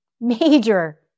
major